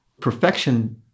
perfection